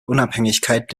unabhängigkeit